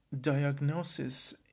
diagnosis